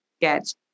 get